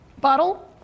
bottle